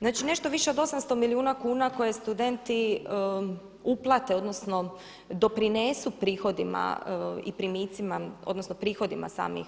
Znači nešto više od 800 milijuna kuna koje studenti uplate, odnosno doprinesu prihodima i primicima, odnosno prihodima samih